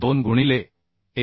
2 गुणिले 1